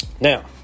Now